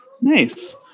Nice